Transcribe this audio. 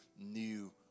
new